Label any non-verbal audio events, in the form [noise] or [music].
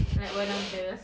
[laughs]